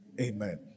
Amen